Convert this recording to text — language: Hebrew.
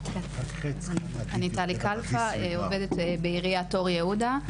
אני טלי כלפא, עובדת בעיריית אור יהודה,